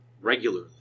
regularly